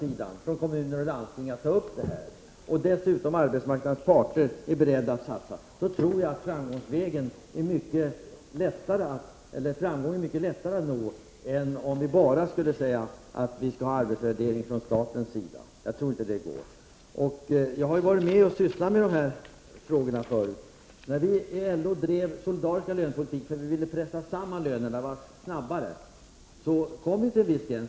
När staten, kommuner och landsting samt arbetsmarknadens parter i övrigt säger sig vara beredda att satsa på en arbetsvärdering, så tror jag att det är lättare att nå framgångar än om enbart staten gör arbetsvärderingar. Jag tror inte att det går. Jag har tidigare arbetat med dessa frågor. När vi i LO drev den solidariska lönepolitiken och snabbare ville så att säga pressa samman lönerna, kom vi till en viss gräns.